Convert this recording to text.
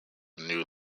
new